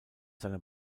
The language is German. seiner